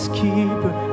keeper